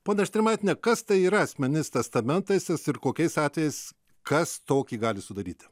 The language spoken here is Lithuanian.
ponia strimaitiene kas tai yra asmeninis testamentas ir kokiais atvejais kas tokį gali sudaryti